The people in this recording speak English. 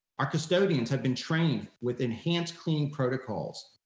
our custodians have been trained with enhanced cleaning protocols.